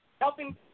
helping